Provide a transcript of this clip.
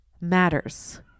matters